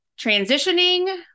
transitioning